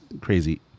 crazy